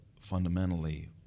fundamentally –